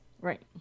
right